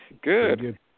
Good